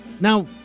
Now